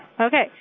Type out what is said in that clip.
Okay